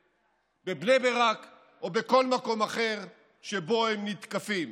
בבני ברק או בכל מקום אחר שבו הם מותקפים?